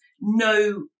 no